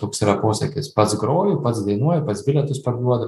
toks yra posakis pats groju pats dainuoju pats bilietus parduodu